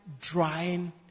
drying